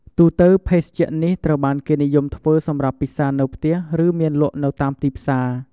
ទូទៅ ភេសជ្ជៈនេះត្រូវបានគេនិយមធ្វើសម្រាប់ពិសារនៅផ្ទះ ឬមានលក់នៅតាមទីផ្សារ។